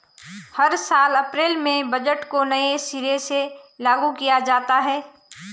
हर साल अप्रैल में बजट को नये सिरे से लागू किया जाता है